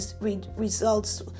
results